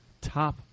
Top